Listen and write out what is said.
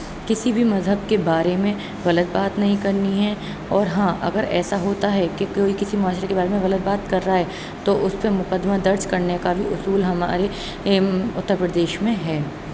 کسی بھی مذہب کے بارے میں غلط بات نہیں کرنی ہے اور ہاں اگر ایسا ہوتا ہے کہ کوئی کسی معاشرے کے بارے میں غلط بات کر رہا ہے تو اُس پر مقدمہ درج کرنے کا بھی اصول ہمارے اُترپردیش میں ہے